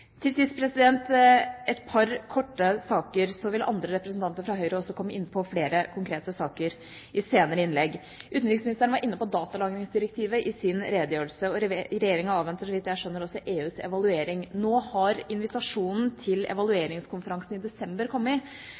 Til sist et par korte saker. Andre representanter fra Høyre vil komme inn på flere konkrete saker i senere innlegg. Utenriksministeren var inne på datalagringsdirektivet i sin redegjørelse. Regjeringen avventer så vidt jeg skjønner også EUs evaluering. Nå har invitasjonen til evalueringskonferansen i desember kommet,